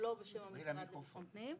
ולא בשם המשרד לביטחון פנים.